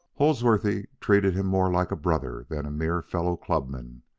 holdsworthy treated him more like a brother than a mere fellow-clubman,